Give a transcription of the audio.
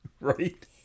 Right